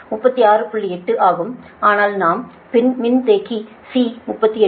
8 ஆகும் ஆனால் நாம் மின்தேக்கி C 38